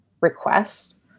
requests